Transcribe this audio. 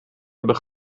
hebben